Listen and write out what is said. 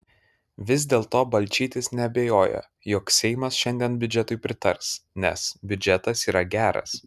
vis dėlto balčytis neabejoja jog seimas šiandien biudžetui pritars nes biudžetas yra geras